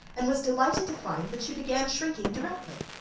and was delighted to find that she began shrinking directly.